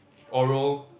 oral